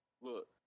Look